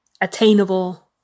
attainable